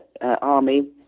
army